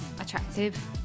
Attractive